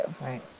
right